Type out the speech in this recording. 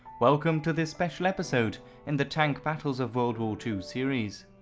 welcome to this special episode in the tank battles of world war two series.